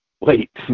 wait